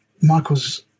Michael's